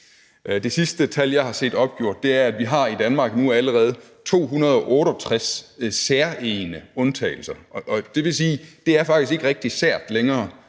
Det seneste tal, jeg har set opgjort, er, at vi i Danmark allerede nu har 268 særegne undtagelser, og det vil sige, at det faktisk ikke rigtig er særegent længere,